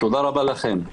תודה רבה לכם.